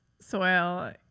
soil